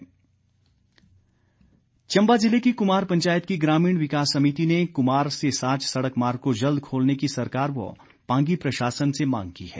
मांग चम्बा जिला की कुमार पंचायत की ग्रामीण विकास समिति ने कुमार से साच सड़क मार्ग को जल्द खोलने की सरकार व पांगी प्रशासन से मांग की है